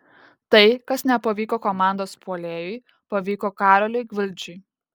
tai kas nepavyko komandos puolėjui pavyko karoliui gvildžiui